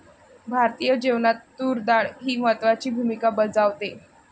भारतीय जेवणात तूर डाळ ही महत्त्वाची भूमिका बजावते